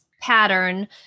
pattern